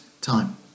time